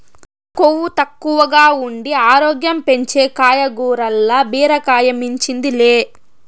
కొవ్వు తక్కువగా ఉండి ఆరోగ్యం పెంచే కాయగూరల్ల బీరకాయ మించింది లే